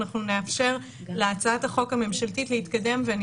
אנחנו נאפשר להצעת החוק הממשלתית להתקדם ואני